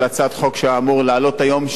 הצעת חוק שהוא היה אמור להעלות היום,